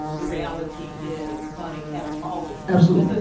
the reality is money has always absolutely.